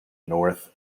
north